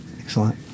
Excellent